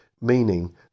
meaning